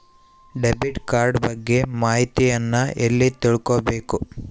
Debit card ಬಗ್ಗೆ ಮಾಹಿತಿಯನ್ನ ಎಲ್ಲಿ ತಿಳ್ಕೊಬೇಕು?